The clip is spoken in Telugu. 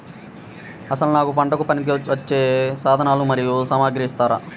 అసలు నాకు పంటకు పనికివచ్చే సాధనాలు మరియు సామగ్రిని ఇస్తారా?